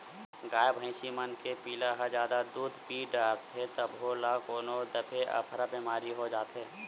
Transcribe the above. गाय भइसी मन के पिला ह जादा दूद पीय डारथे तभो ल कोनो दफे अफरा बेमारी हो जाथे